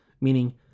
meaning